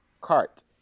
cart